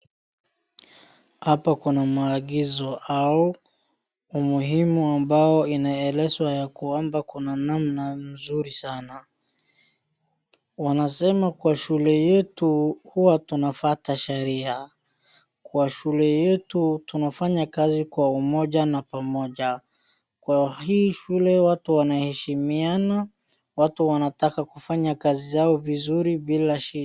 Hapa kuna maagizo au umuhimu ambao inaelezwa ya kuomba kuna namna mzuri sana. Wanasema kwa shule yetu huwa tunapata sheria, kwa shule yetu tunafanya kazi kwa umoja na pamoja, kwa hii shule watu wanaheshimiana, watu wanataka kufanya kazi zao vizuri bila shida.